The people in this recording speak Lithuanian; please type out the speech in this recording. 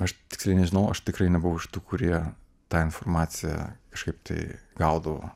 aš tiksliai nežinau aš tikrai nebuvau iš tų kurie tą informaciją kažkaip tai gaudavo